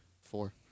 four